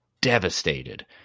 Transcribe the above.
devastated